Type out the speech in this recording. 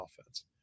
offense